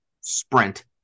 sprint